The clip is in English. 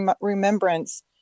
remembrance